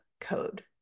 code